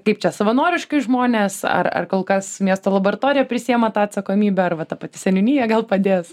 kaip čia savanoriškai žmonės ar ar kol kas miesto laboratorija prisiima tą atsakomybę ar va ta pati seniūnija gal padės